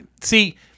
See